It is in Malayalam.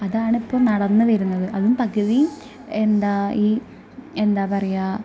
അതാണിപ്പം നടന്ന് വരുന്നത് അതും പകുതി എന്താ ഈ എന്താ പറയാ